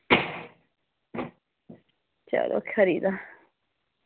चलो खरी तां